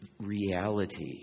reality